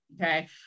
okay